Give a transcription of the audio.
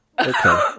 Okay